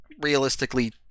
Realistically